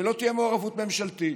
ולא תהיה מעורבות ממשלתית.